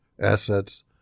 assets